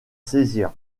saisir